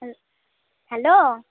hello